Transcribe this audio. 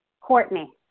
Courtney